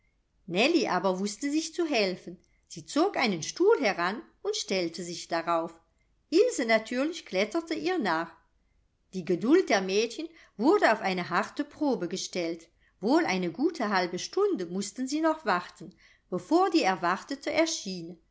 nellie aber wußte sich zu helfen sie zog einen stuhl heran und stellte sich darauf ilse natürlich kletterte ihr nach die geduld der mädchen wurde auf eine harte probe gestellt wohl eine gute halbe stunde mußten sie noch warten bevor die